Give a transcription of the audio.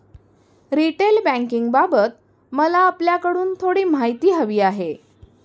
retail बँकिंगबाबत मला आपल्याकडून थोडी माहिती हवी आहे